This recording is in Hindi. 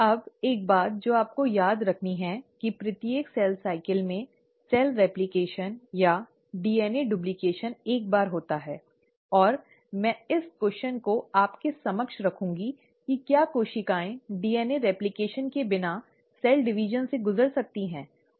अब एक बात जो आपको याद रखनी है कि प्रत्येक सेल साइकिल में डीएनए रेप्लकेशन या डीएनए डूप्लकेशन एक बार होता है और मैं इस प्रश्न को आपके समक्ष रखूंगी कि क्या कोशिकाएं डीएनए रेप्लकेशन के बिना कोशिका विभाजन से गुजर सकती हैं